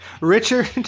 Richard